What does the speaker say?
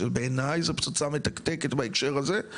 שבעיני זו פצצה מתקתקת בהקשר הזה.